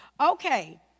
Okay